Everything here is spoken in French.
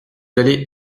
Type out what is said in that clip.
allez